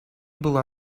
была